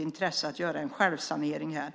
intresse av att göra en självsanering här.